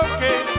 Okay